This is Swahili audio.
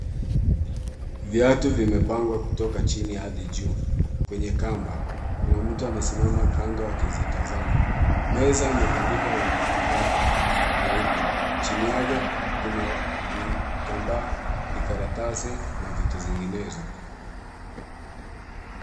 Viatu vimepangwa kutoka chini hadi juu kwenye kamba. Kuna mtu amesimama kando akizitazama. Meza imetandikwa kitambaa cheupe, chini yake kuna vitambaa, vikaratasi na vitu zinginezo.